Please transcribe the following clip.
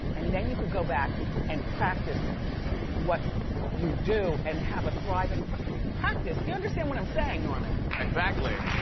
and then you could go back and practice what you do, and have a thriving practice. do you understand what i'm saying, norman? exactly.